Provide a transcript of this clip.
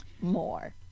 more